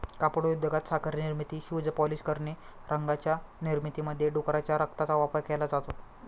कापड उद्योगात, साखर निर्मिती, शूज पॉलिश करणे, रंगांच्या निर्मितीमध्ये डुकराच्या रक्ताचा वापर केला जातो